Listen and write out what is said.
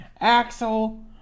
axel